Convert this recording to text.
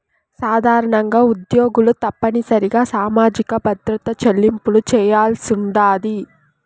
సాధారణంగా ఉద్యోగులు తప్పనిసరిగా సామాజిక భద్రత చెల్లింపులు చేయాల్సుండాది